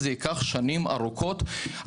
זה ייקח שנים ארוכות.